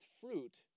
fruit